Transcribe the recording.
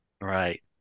Right